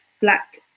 black